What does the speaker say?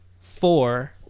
Four